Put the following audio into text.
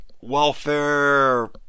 welfare